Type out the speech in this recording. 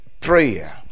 prayer